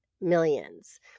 millions